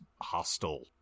hostile